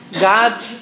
God